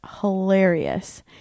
hilarious